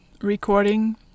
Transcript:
recording